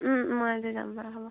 মই আজি যাম বাৰু হ'ব